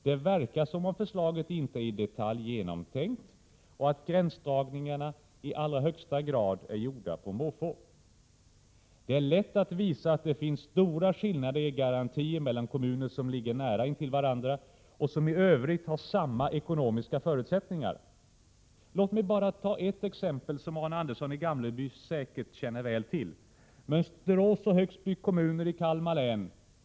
Det verkar som om förslaget inte äri detalj genomtänkt och att gränsdragningarna i allra högsta grad är gjorda på måfå. Det är lätt att visa att det finns stora skillnader i garantier mellan kommuner som ligger nära intill varandra och som i övrigt har samma ekonomiska förutsättningar. Låt mig bara ta ett exempel, som Arne Andersson i Gamleby säkert känner väl till: Mönsterås och Högsby kommuner i Kalmar län.